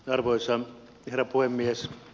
arvoisa herra puhemies